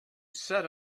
set